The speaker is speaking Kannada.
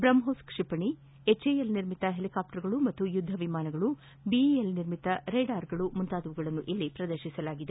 ಬ್ರಹ್ಲೋಸ್ ಕ್ವಿಪಣಿ ಎಚ್ ಎ ಎಲ್ ನಿರ್ಮಿತ ಹೆಲಿಕಾಪ್ಟರ್ಗಳು ಮತ್ತು ಯುದ್ದ ವಿಮಾನಗಳು ಬಿಇಎಲ್ ನಿರ್ಮಿತ ರೇಡಾರ್ಗಳು ಮುಂತಾದವುಗಳನ್ನು ಇಲ್ಲಿ ಪ್ರದರ್ತಿಸಲಾಗಿದೆ